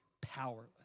powerless